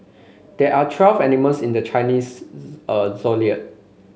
there are twelve animals in the Chinese zodiac